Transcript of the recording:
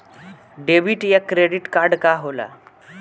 Debit या credit card का होला?